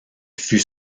fut